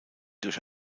durch